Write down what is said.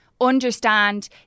understand